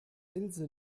ilse